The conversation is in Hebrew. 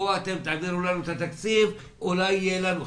בואו, אתם תעבירו לנו את התקציב, אולי יהיה לנו.